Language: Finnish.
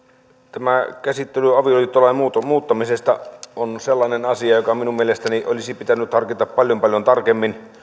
tämä käsittely avioliittolain muuttamisesta on sellainen asia joka minun mielestäni olisi pitänyt harkita paljon paljon tarkemmin